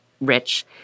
Rich